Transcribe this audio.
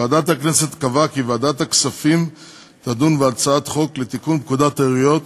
ועדת הכנסת קבעה כי ועדת הכספים תדון בהצעת חוק לתיקון פקודת העיריות